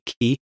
key